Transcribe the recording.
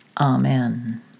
Amen